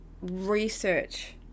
research